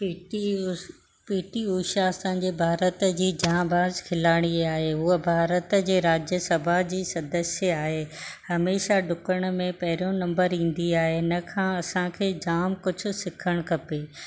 PT Usha P T Usha असांजे भारत जी जांबाज़ खिलाड़ी आहे हूअ भारत जे राज्यसभा जी सदस्य आहे हमेशा डुकण में पहिरियों नंबर ईंदी आहे हिन खां असांखे जाम कुझु सिखणु खपे